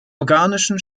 organischen